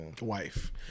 Wife